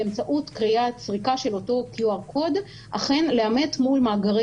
באמצעות סריקה של אותו QR Code אכן לאמת מול מאגרי